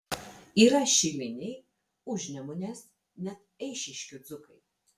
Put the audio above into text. yra šiliniai užnemunės net eišiškių dzūkai